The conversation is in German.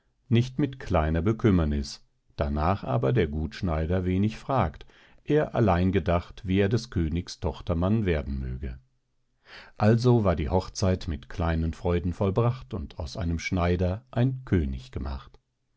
nicht mit kleiner bekümmerniß darnach aber der gut schneider wenig fragt er allein gedacht wie er des königs tochtermann werden möge also war die hochzeit mit kleinen freuden vollbracht und aus einem schneider ein könig gemacht